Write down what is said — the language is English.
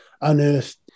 unearthed